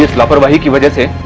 you will but but you will get her.